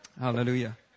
Hallelujah